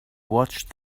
watched